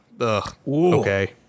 Okay